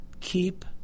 keep